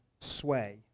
sway